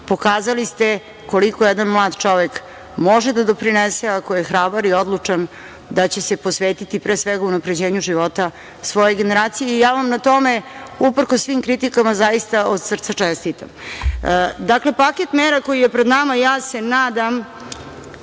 pokazali ste koliko jedan mlad čovek može da doprinese ako je hrabar i odlučan, da će se posvetiti pre svega unapređenju života svoje generacije. Ja vam na tome, uprkos svim kritikama, zaista od srca čestitam. Dakle, paket mera koji je pred nama, ja se nadam